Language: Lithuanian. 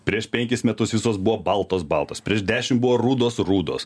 prieš penkis metus visos buvo baltos baltos prieš dešimt buvo rudos rudos